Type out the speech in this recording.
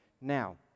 Now